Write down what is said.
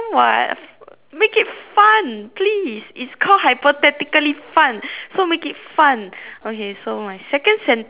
make it fun please it's call hypothetically fun so make it fun okay so my second sentence would be